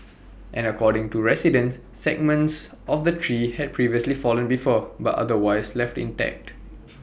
and according to residents segments of the tree had previously fallen before but otherwise left intact